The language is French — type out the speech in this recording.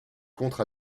contre